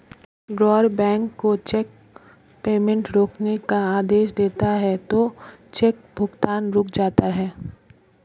drawer bank को cheque payment रोकने का आदेश देता है तो चेक भुगतान रुक जाता है